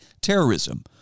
terrorism